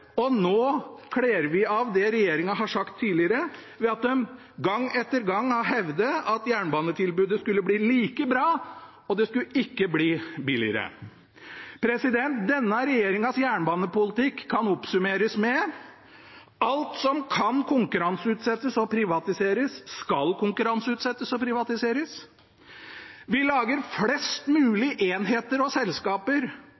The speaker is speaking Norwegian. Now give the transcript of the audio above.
og nå kler vi av det regjeringen har sagt tidligere når de gang etter gang har hevdet at jernbanetilbudet skulle bli like bra, og at det ikke skulle bli dyrere. Denne regjeringens jernbanepolitikk kan oppsummeres slik: Alt som kan konkurranseutsettes og privatiseres, skal konkurranseutsettes og privatiseres. Vi lager flest